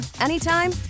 anytime